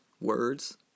words